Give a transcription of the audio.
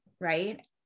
Right